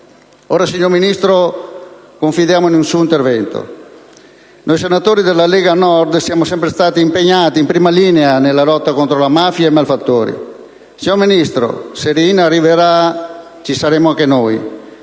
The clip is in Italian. Riina. Signor Ministro, confidiamo in un suo intervento. Noi senatori della Lega Nord siamo sempre stati impegnati in prima linea nella lotta contro la mafia e i malfattori. Signor Ministro, se Riina arriverà, ci saremo anche noi,